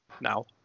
now